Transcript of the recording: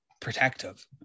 protective